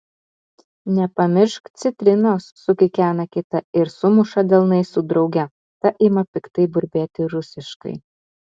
nepamiršk citrinos sukikena kita ir sumuša delnais su drauge ta ima piktai burbėti rusiškai